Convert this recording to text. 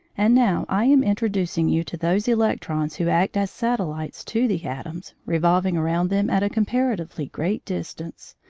and now i am introducing you to those electrons who act as satellites to the atoms, revolving around them at a comparatively great distance,